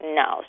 no